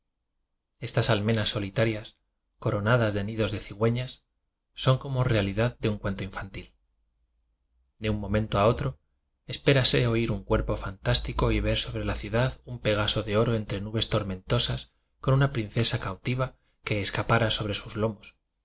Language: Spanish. stas almenas solitarias coronadas de udos de cigüeñas son como realidad de uri cuento infantil de un momento a otro espérase oir un cuerno fantástico y ver some la ciudad un pegaso de oro entre nubes tormentosas con una princesa cautiva que escapara sobre sus lomos o